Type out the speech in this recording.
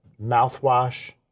mouthwash